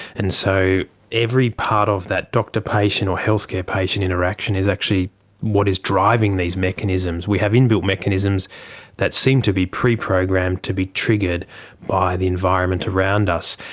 and so every part of that doctor-patient or healthcare-patient interaction is actually what is driving these mechanisms. we have inbuilt mechanisms that seem to be pre-programmed to be triggered by the environment around us.